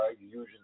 usually